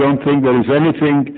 don't think there's anything